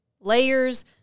layers